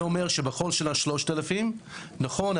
זה אומר שבכל שנה 3,000. נכון,